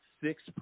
six